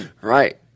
Right